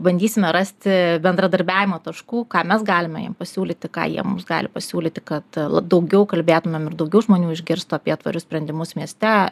bandysime rasti bendradarbiavimo taškų ką mes galime jiem pasiūlyti ką jie mums gali pasiūlyti kad daugiau kalbėtumėm ir daugiau žmonių išgirstų apie tvarius sprendimus mieste